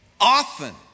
Often